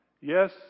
Yes